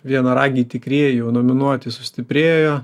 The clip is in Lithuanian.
vienaragiai tikrieji jau nominuoti sustiprėjo